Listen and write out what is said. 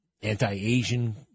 anti-Asian